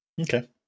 okay